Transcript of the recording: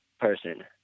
person